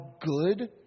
good